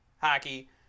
Hockey